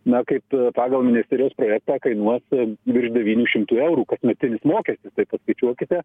na kaip pagal ministerijos projektą kainuos virš devynių šimtų eurų kasmetinis mokestis tai paskaičiuokite